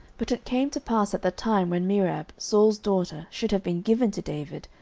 but it came to pass at the time when merab saul's daughter should have been given to david,